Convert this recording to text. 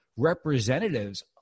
representatives